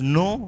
no